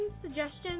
suggestions